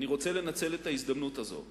אני רוצה לנצל את ההזדמנות הזאת